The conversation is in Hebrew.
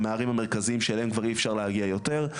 למערים המרכזיים שאליהם כבר אי אפשר להגיע יותר,